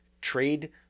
trade